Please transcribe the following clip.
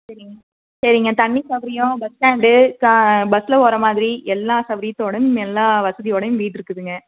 சரிங்க சரிங்க தண்ணி சவுரியோம் பஸ் ஸ்டாண்டு பஸ்ஸில் வர மாதிரி எல்லாம் சவுரியத்தோடையும் எல்லா வசதியோடையும் வீடு இருக்குதுங்க